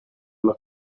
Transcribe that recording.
alla